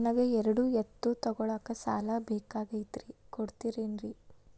ನನಗ ಎರಡು ಎತ್ತು ತಗೋಳಾಕ್ ಸಾಲಾ ಬೇಕಾಗೈತ್ರಿ ಕೊಡ್ತಿರೇನ್ರಿ?